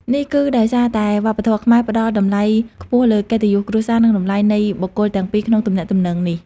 នេះគឺដោយសារតែវប្បធម៌ខ្មែរផ្តល់តម្លៃខ្ពស់លើ កិត្តិយសគ្រួសារ និងតម្លៃនៃបុគ្គលទាំងពីរក្នុងទំនាក់ទំនងនេះ។